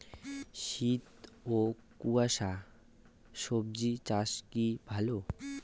শীত ও কুয়াশা স্বজি চাষে কি ভালো?